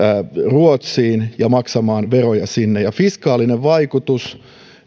ruotsiin ja maksamaan veroja sinne fiskaalinen vaikutus